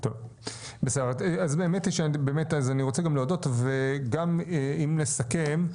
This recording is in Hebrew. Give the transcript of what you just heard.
אני רוצה גם להודות וגם אם נסכם,